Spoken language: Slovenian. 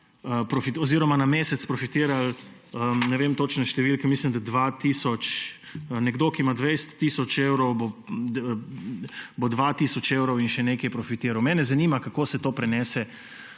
oziroma na mesec profitirali – ne vem točne številke –, mislim, da dva tisoč. Nekdo, ki ima 20 tisoč evrov, bo dva tisoč evrov in še nekaj profitiral. Mene zanima: Kako se to prenese